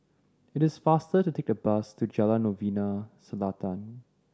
it is faster to take the bus to Jalan Novena Selatan